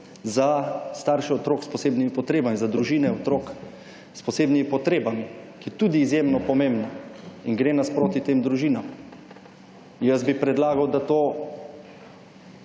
za starše otrok s posebnimi potrebami, za družine otrok s posebnimi potrebami, ki je tudi izjemno pomembna in gre nasproti tem družinam. Jaz bi predlagal, da to